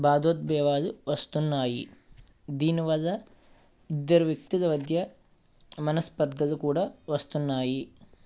భావోద్వేగాలు వస్తున్నాయి దీని వల్ల ఇద్దరు వ్యక్తుల మధ్య మనస్పర్థలు కూడా వస్తున్నాయి